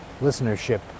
listenership